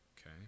okay